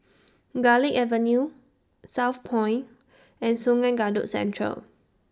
Garlick Avenue Southpoint and Sungei Kadut Central